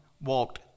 walked